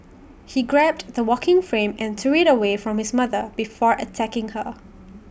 he grabbed the walking frame and threw IT away from his mother before attacking her